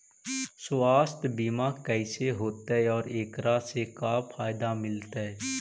सवासथ बिमा कैसे होतै, और एकरा से का फायदा मिलतै?